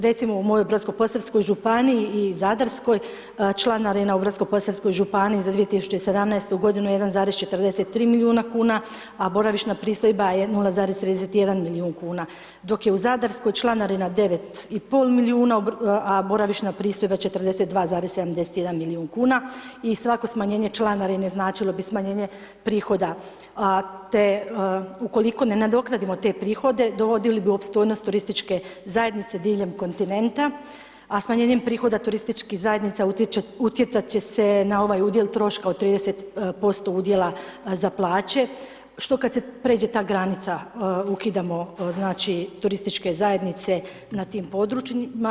Recimo u mojoj Brodsko-posavskoj županiji i Zadarskoj, članarina u Brodsko-posavskoj županiji za 2017. godinu je 1,43 milijuna kuna a boravišna pristojba je 0,31 milijun kuna dok je u Zadarskoj članarina 9,5 milijuna a boravišna pristojba 42,71 milijun kuna i svako smanjenje članarine značilo bi smanjenje prihoda a ukoliko ne nadoknadimo te prihode, dovodili bi u opstojnost turističke zajednice diljem kontinenta a smanjenjem prihoda turističkih zajednica utjecat će se na ovaj udio troškova od 30% udjela za plaće što kad se pređe ta granica, ukidamo turističke zajednice na tim područjima.